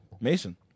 Mason